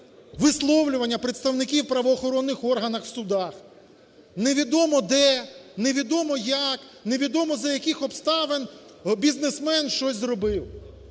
висловлювання представників в правоохоронних органах, в судах, невідомо де, невідомо як, невідомо за яких обставин бізнесмен щось зробив.